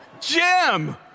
Jim